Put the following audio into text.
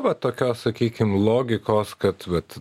va tokios sakykim logikos kad vat